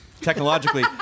Technologically